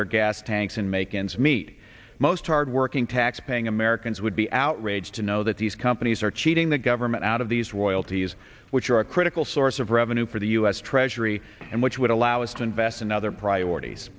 their gas tanks and make ends meet most hardworking taxpaying americans would be outraged to know that these companies are cheating the government out of these wild turkeys which are a critical source of revenue for the u s treasury and which would allow us to invest in other priorities